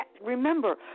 remember